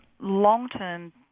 long-term